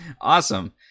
Awesome